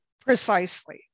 Precisely